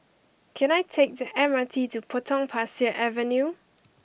can I take the M R T to Potong Pasir Avenue